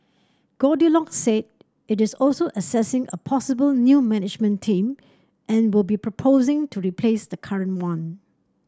Goldilocks said it is also assessing a possible new management team and will be proposing to replace the current one